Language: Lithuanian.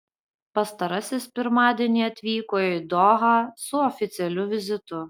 pastarasis pirmadienį atvyko į dohą su oficialiu vizitu